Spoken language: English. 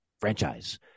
franchise